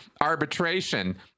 arbitration